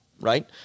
Right